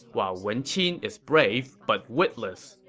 while wen qin is brave but witless.